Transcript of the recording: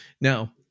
Now